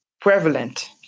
prevalent